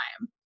time